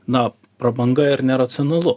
na prabanga ir neracionalu